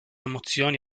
emozioni